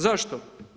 Zašto?